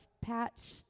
patch